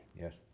Yes